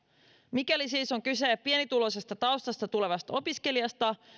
mikäli siis on kyse pienituloisesta taustasta tulevasta opiskelijasta